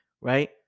right